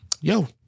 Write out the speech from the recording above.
yo